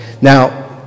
Now